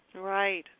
Right